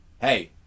hey